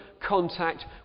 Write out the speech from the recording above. contact